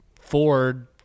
Ford